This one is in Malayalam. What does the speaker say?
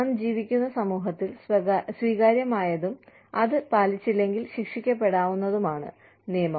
നാം ജീവിക്കുന്ന സമൂഹത്തിൽ സ്വീകാര്യമായതും അത് പാലിച്ചില്ലെങ്കിൽ ശിക്ഷിക്കപ്പെടാവുന്നതുമാണ് നിയമം